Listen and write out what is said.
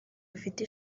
bafite